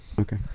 okay